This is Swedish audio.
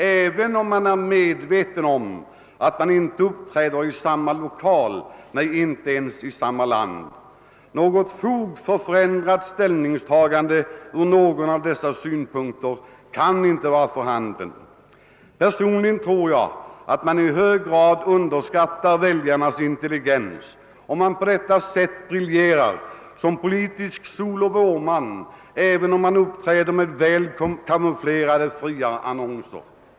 Även om man inte uppträder i samma lokal eller ens i samma land är detta inget fog för ett förändrat ställningstagande. =| Personligen tror jag att man i hög grad underskattar väljarnas intelligens, om man på detta sätt briljerar som politisk sol-och-vår-man, även om man uppträder med väl kamouflerade friarannonser.